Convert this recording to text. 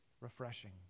refreshing